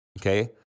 Okay